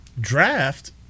draft